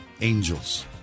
Angels